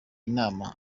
inama